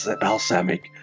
balsamic